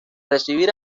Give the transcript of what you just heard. recibir